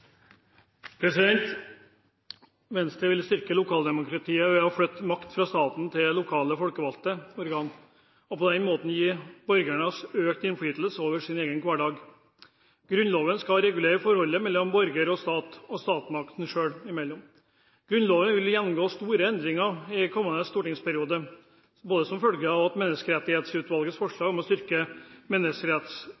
Venstre vil styrke lokaldemokratiet ved å flytte makt fra staten til lokale folkevalgte organ og på den måten gi borgerne økt innflytelse over egen hverdag. Grunnloven skal regulere forholdet mellom borgerne og staten, og statsmaktene seg imellom. Grunnloven vil gjennomgå store endringer i kommende stortingsperiode, både som følge av Menneskerettighetsutvalgets forslag om å styrke menneskerettighetens stilling i loven, og